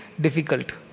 difficult